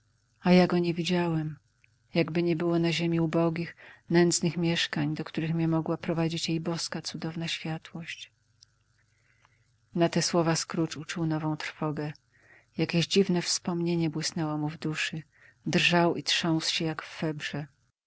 a ja go nie widziałem jakby nie było na ziemi ubogich nędznych mieszkań do których mię mogła prowadzić jej boska cudowna światłość na te słowa scrooge uczuł nową trwogę jakieś dziwne wspomnienie błysnęło mu w duszy drżał i trząsł się jak